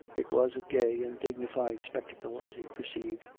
it was a gay and dignified spectacle as he per ceived,